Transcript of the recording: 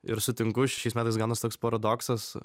ir sutinku šiais metais gaunasi toks paradoksas